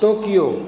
Tokyo